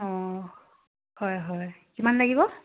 অঁ হয় হয় কিমান লাগিব